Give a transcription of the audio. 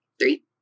Three